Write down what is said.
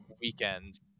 weekends